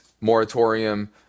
moratorium